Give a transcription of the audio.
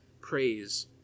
praise